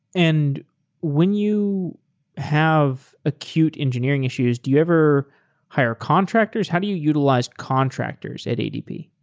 and when you have acute engineering issues, do you ever hire contractors? how do you utilize contractors at adp?